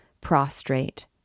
prostrate